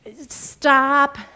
stop